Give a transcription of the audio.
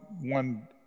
one